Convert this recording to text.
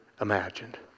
imagined